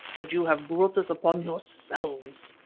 but you have brought this upon yourselves.